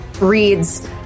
Reads